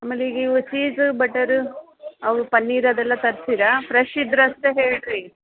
ಆಮೇಲೆ ಈಗ ಇವು ಚೀಸ್ ಬಟರ್ ಅವು ಪನ್ನೀರು ಅದೆಲ್ಲ ತರಿಸ್ತೀರಾ ಫ್ರೆಶ್ ಇದ್ರೆ ಅಷ್ಟೇ ಹೇಳ್ರಿ